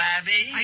Abby